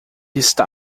está